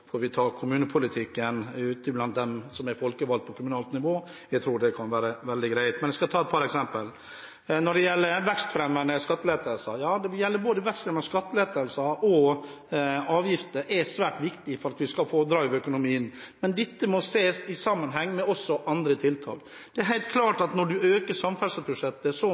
får vi diskutere kommunepolitikken ute blant dem som er folkevalgt på kommunalt nivå. Jeg tror det vil være veldig greit. Jeg skal ta et par eksempel når det gjelder vekstfremmende skattelettelser. Både vekstfremmende skattelettelser og avgifter er svært viktig for at vi skal få «drive» i økonomien, men dette må også ses i sammenheng med andre tiltak. Det er helt klart at når man øker samferdselsbudsjettet så